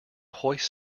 hoist